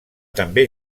també